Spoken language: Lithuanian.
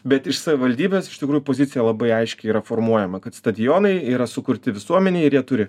bet iš savivaldybės iš tikrųjų pozicija labai aiški yra formuojama kad stadionai yra sukurti visuomenei ir jie turi